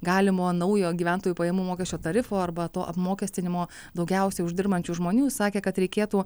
galimo naujo gyventojų pajamų mokesčio tarifo arba to apmokestinimo daugiausiai uždirbančių žmonių sakė kad reikėtų